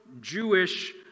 jewish